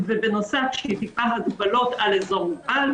ובנוסף כשהיא --- הגבלות על אזור מוגבל,